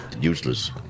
useless